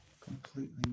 completely